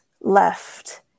left